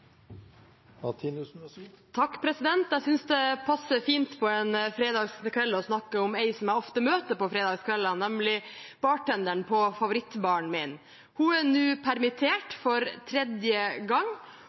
Jeg synes det passer fint på en fredagskveld å snakke om ei som jeg ofte møter på fredagskveldene, nemlig bartenderen på favorittbaren min. Hun er nå permittert for tredje gang.